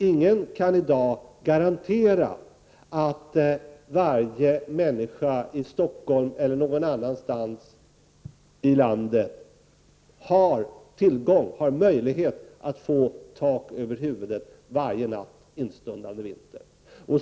Ingen kan i dag garantera att varje människa i Stockholm eller någon annanstans i landet har möjlighet att få tak över huvudet varje natt instundande vinter.